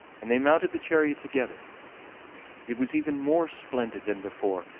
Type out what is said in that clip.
and they mounted the chariot together it was even more splendid than before,